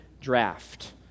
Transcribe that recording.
draft